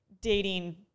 dating